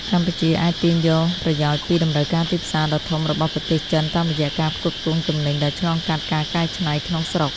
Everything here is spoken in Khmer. កម្ពុជាអាចទាញយកប្រយោជន៍ពីតម្រូវការទីផ្សារដ៏ធំរបស់ប្រទេសចិន តាមរយៈការផ្គត់ផ្គង់ទំនិញដែលឆ្លងកាត់ការកែច្នៃក្នុងស្រុក។